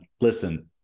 listen